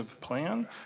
plan